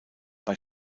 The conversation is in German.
bei